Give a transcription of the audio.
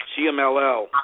CMLL